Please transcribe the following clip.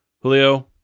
Julio